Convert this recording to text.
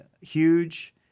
huge